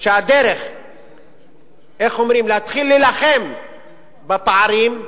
שהדרך להתחיל להילחם בפערים,